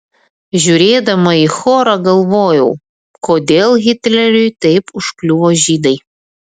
žiūrėdama į chorą galvojau kodėl hitleriui taip užkliuvo žydai